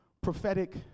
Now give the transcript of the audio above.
prophetic